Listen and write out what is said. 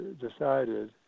decided